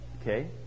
Okay